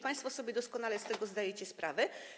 Państwo sobie doskonale z tego zdajecie sprawę.